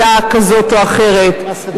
לאור המצב הביטחוני,